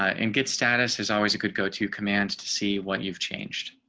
and get status is always a good go to command to see what you've changed.